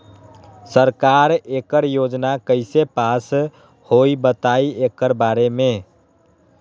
सरकार एकड़ योजना कईसे पास होई बताई एकर बारे मे?